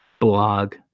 blog